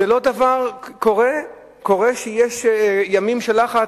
שקורה שיש ימים של לחץ,